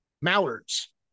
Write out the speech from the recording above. Mallards